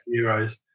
Euros